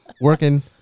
working